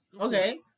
Okay